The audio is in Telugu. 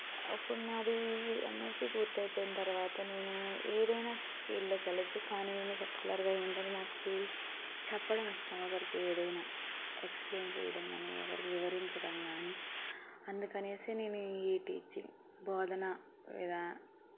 అప్పుడు నాది ఎమ్మెస్సీ పూర్తయిపోయిన తర్వాత నేను ఏదైనా ఫీల్డ్ లోకి వెళ్ళవచ్చు కానీ నేను పర్టిక్యులర్ గా ఏంటంటే నాకు చెప్పడం ఇష్టము ఒకరికి ఏదైనా ఎక్స్ప్లెయిన్ చేయడం కానీ వివరించడం కాని అందుకని అనేసే నేను ఈ టీచింగ్ బోధన విధానం